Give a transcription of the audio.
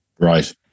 Right